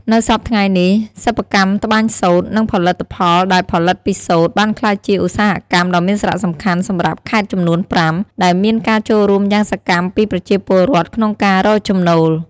នៅសព្វថ្ងៃនេះ សិប្បកម្មត្បាញសូត្រ និងផលិតផលដែលផលិតពីសូត្របានក្លាយជាឧស្សាហកម្មដ៏មានសារៈសំខាន់សម្រាប់ខេត្តចំនួនប្រាំ ដែលមានការចូលរួមយ៉ាងសកម្មពីប្រជាពលរដ្ឋក្នុងការរកចំណូល។